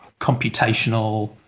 computational